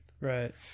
Right